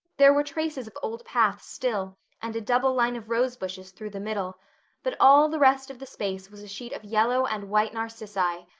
there were traces of old paths still and a double line of rosebushes through the middle but all the rest of the space was a sheet of yellow and white narcissi,